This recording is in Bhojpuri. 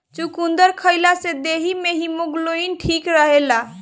चुकंदर खइला से देहि में हिमोग्लोबिन ठीक रहेला